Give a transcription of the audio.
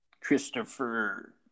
Christopher